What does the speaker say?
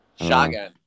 shotgun